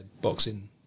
boxing